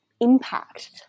impact